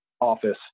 office